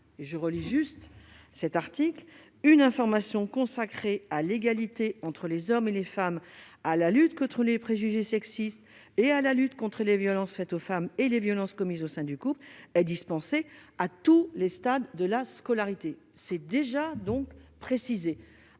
précise :« Une information consacrée à l'égalité entre les hommes et les femmes, à la lutte contre les préjugés sexistes et à la lutte contre les violences faites aux femmes et les violences commises au sein du couple est dispensée à tous les stades de la scolarité. »